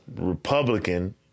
Republican